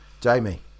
Jamie